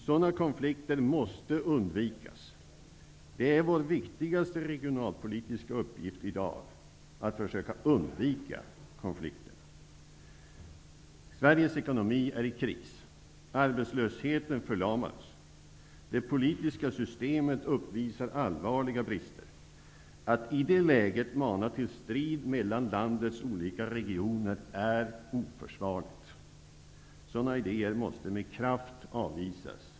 Sådana konflikter måste undvikas. Vår viktigaste regionalpolitiska uppgift i dag är att försöka undvika konflikterna. Sveriges ekonomi är i kris. Arbetslösheten förlamar oss. Det politiska systemet uppvisar allvarliga brister. Att i det läget mana till strid mellan landets olika regioner är oförsvarligt. Sådana idéer måste med kraft avvisas.